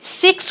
six